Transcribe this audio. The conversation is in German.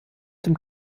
einem